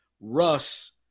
Russ